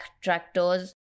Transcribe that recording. tractors